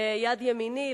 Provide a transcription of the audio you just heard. יד ימיני,